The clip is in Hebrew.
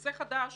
נושא חדש